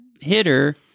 hitter